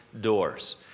doors